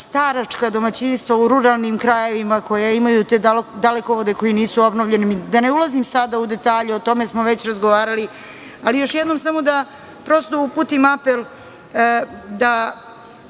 staračka domaćinstva u ruralnim krajevima koja imaju te dalekovode koji nisu obnovljeni, ne ulazim sad u detalje, o tome smo već razgovarali. Samo još jednom, prosto da uputim apel da